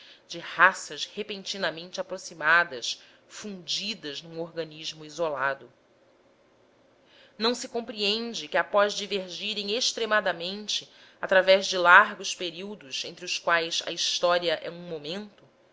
de raças repentinamente aproximadas fundidas num organismo isolado não se compreende que após divergirem extremamente através de largos períodos entre os quais a história é um momento